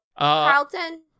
Carlton